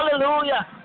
Hallelujah